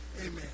Amen